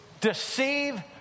deceive